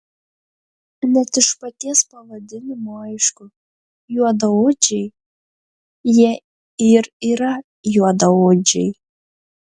net iš paties pavadinimo aišku juodaodžiai jie ir yra juodaodžiai